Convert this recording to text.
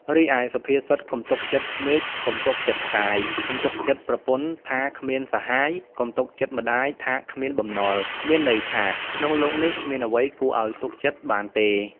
រីឯសុភាសិត កុំទុកចិត្តមេឃកុំទុកចិត្តផ្កាយ កុំទុកចិត្តប្រពន្ធថាគ្មានសាហាយ កុំទុកចិត្តម្ដាយថាគ្មានបំណុល មានន័យថា៖ ក្នុងលោកនេះគ្មានអ្វីគួរឲ្យទុកចិត្តបានទេ ។